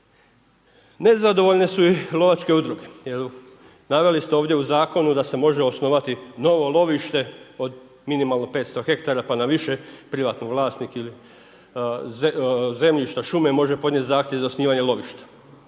Nezadovoljne su i lovačke udruge, jer, naveli ste ovdje u zakonu da se može osnovati novo lovište od minimalno 500 hektara pa više, privatni vlasnik ili zemljišta, šume može podnjet zahtjev za osnivanje lovišta.